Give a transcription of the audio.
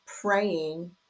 praying